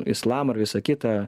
islamą ir visa kita